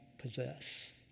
possess